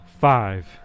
Five